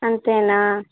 అంతేనా